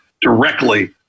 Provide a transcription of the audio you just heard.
directly